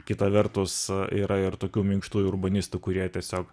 kita vertus yra ir tokių minkštųjų urbanistų kurie tiesiog